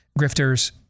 grifters